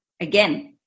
again